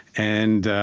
and